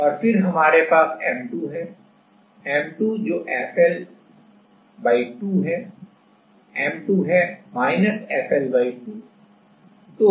और फिर हमारे पास M2 है M2 जो FL2 है M2 है FL2